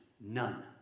none